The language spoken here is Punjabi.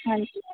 ਹਾਂਜੀ